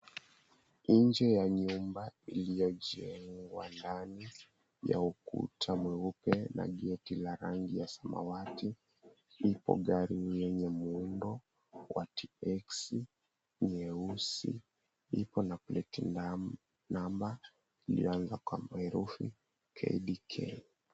Inje ya nyumba iliyojengwa ndani ya ukuta mweupe na geti la rangi ya samawati, ipo gari lenye muundo wa TX nyeusi, ipo na plate namba lianza kwa herufi KDK.